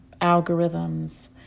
algorithms